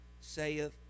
saith